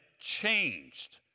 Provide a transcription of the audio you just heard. changed